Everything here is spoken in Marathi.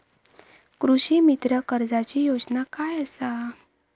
कृषीमित्र कर्जाची योजना काय असा?